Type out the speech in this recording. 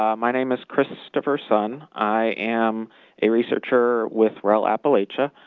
um my name is christopher sun. i am a researcher with rel appalachia.